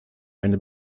eine